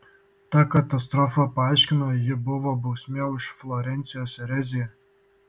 ta katastrofa paaiškino ji buvo bausmė už florencijos ereziją